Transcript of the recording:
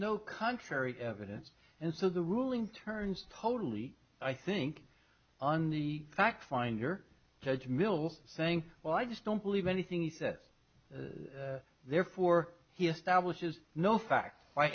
no contrary evidence and so the ruling turns totally i think on the fact finder judge mills saying well i just don't believe anything he says therefore he establishes no facts by